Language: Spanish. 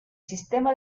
sistema